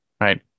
Right